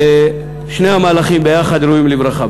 ושני המהלכים, ביחד, ראויים לברכה.